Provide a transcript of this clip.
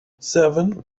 seven